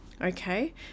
okay